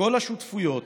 מכל השותפויות.